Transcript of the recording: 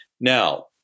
Now